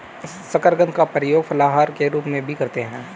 शकरकंद का प्रयोग फलाहार के रूप में भी करते हैं